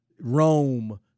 Rome